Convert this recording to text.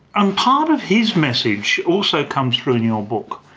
um part of his message also comes through in your book,